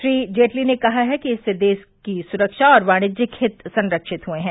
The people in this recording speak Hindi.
श्री जेटली ने कहा है कि इससे देश की सुरक्षा और वाणिज्यिक हित संरक्षित हुए है